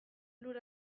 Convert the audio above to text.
lur